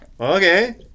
Okay